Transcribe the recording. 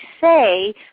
say